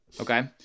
Okay